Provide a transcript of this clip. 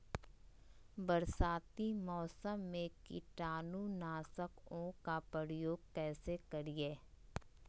बरसाती मौसम में कीटाणु नाशक ओं का प्रयोग कैसे करिये?